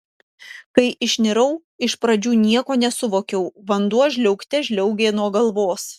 kai išnirau iš pradžių nieko nesuvokiau vanduo žliaugte žliaugė nuo galvos